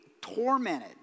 tormented